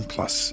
Plus